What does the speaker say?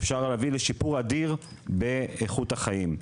כך שאפשר להביא לשיפור אדיר באיכות החיים.